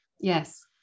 Yes